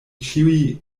ĉiuj